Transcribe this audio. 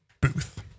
booth